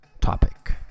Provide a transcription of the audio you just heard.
topic